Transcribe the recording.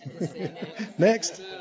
Next